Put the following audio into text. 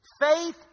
Faith